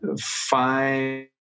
five